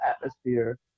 atmosphere